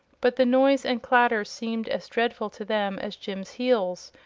but the noise and clatter seemed as dreadful to them as jim's heels,